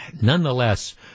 nonetheless